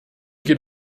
geht